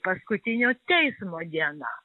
paskutinio teismo diena